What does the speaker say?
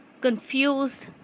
confused